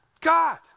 God